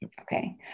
Okay